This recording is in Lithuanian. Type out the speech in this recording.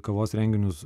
kavos renginius